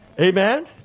Amen